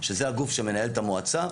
שזה הגוף שמנהל את המועצה,